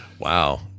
Wow